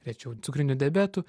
rečiau cukriniu diabetu